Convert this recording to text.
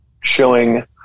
showing